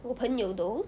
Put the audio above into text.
我朋友 though